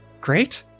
Great